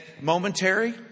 momentary